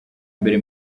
mbere